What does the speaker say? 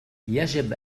يجب